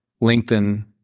lengthen